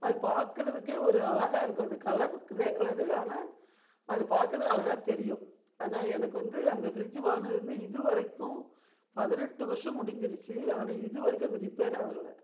அது பார்க்குறதுக்கே ஒரு அழகாக இருக்கும் அது கலர் க்ரே கலரு ஆனால் அது பார்க்குறது அழகாக தெரியும் ஆனால் எனக்கு வந்து அந்த ஃப்ரிட்ஜி வாங்கினதுலேருந்து இது வரைக்கும் பதினெட்டு வருஷம் முடிஞ்சிருச்சு ஆனால் இது வரைக்கும் அது ரிப்பேரே ஆகல